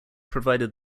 provided